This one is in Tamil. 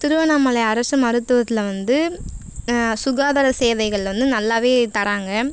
திருவண்ணாமலை அரசு மருத்துவத்தில் வந்து சுகாதார சேவைகள் வந்து நல்லாவே தராங்க